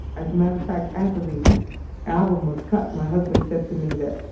as a matter of fact, after the album was cut, my husband said to me that